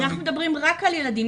אנחנו מדברים רק על ילדים.